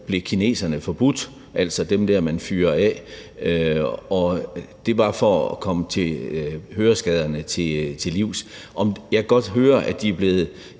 at kineserne blev forbudt, altså dem der, man fyrer af, og det var for at komme høreskaderne til livs. Jeg kan godt høre, at de er blevet